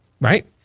right